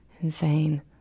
insane